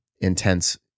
intense